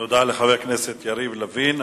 תודה לחבר הכנסת יריב לוין.